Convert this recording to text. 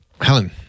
Helen